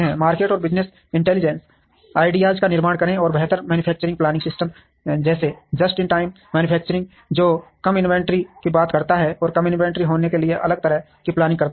market और business intelligence ideas का निर्माण करें और बेहतर मैन्युफैक्चरिंग प्लानिंग सिस्टम जैसे जस्ट इन टाइम मैन्युफैक्चरिंग जो कम इनवेंटरी की बात करता है और कम इंवेंट्री होने के लिए अलग तरह की प्लानिंग करता है